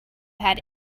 had